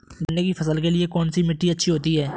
गन्ने की फसल के लिए कौनसी मिट्टी अच्छी होती है?